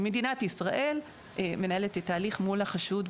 מדינת ישראל מנהלת את ההליך מול החשוד,